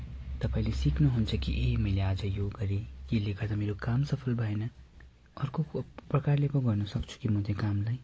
तपाईँले सिक्नुहुन्छ कि ए मैले आज यो गरेँ कि यसले गर्दा मेरो काम सफल भएन अर्को प्रकारले पो गर्न सक्छु कि म त्यो कामलाई